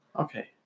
Okay